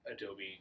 Adobe